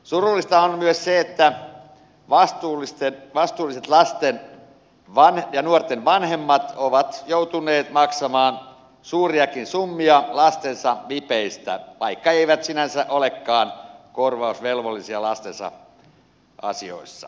surullista on myös se että vastuulliset lasten ja nuorten vanhemmat ovat joutuneet maksamaan suuriakin summia lastensa vipeistä vaikka eivät sinänsä olekaan korvausvelvollisia lastensa asioissa